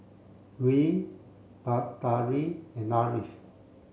Dwi Batari and Ariff